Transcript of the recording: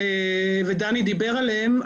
ודני דיבר עליהם,